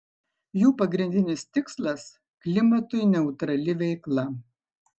jų pagrindinis tikslas klimatui neutrali veikla